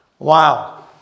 Wow